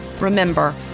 Remember